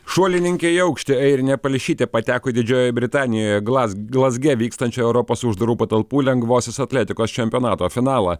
šuolininkė į aukštį airinė palšytė pateko didžiojoje britanijoje glazge vykstančio europos uždarų patalpų lengvosios atletikos čempionato finalą